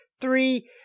three